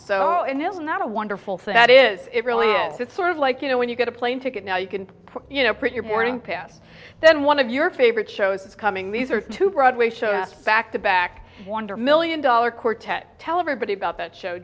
is not a wonderful thing that is it really is that sort of like you know when you get a plane ticket now you can you know pretty your boarding pass then one of your favorite shows is coming these are two broadway show us back to back wonder million dollar quartet tell everybody about that show